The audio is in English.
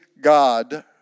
God